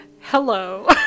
hello